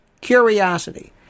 curiosity